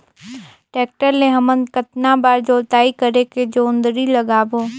Tractor ले हमन कतना बार जोताई करेके जोंदरी लगाबो?